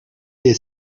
est